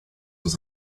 was